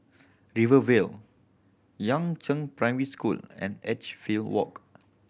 Rivervale Yangzheng Primary School and Edgefield Walk